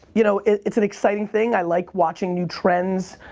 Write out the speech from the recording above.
you know, it's an exciting thing. i like watching new trends.